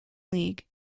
league